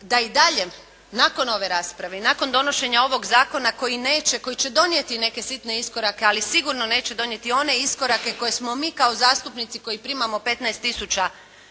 da i dalje nakon ove rasprave i nakon donošenja ovog zakona koji neće, koji će donijeti neke sitne iskorake, ali sigurno neće donijeti one iskorake koje smo mi kao zastupnici koji primamo 15 tisuća